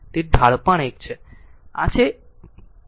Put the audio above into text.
તેથીઢાળ પણ 1 છે